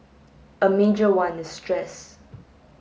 a major one is stress